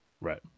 Right